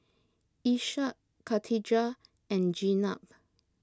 Ishak Katijah and Jenab